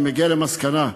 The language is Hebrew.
אני מגיע למסקנה,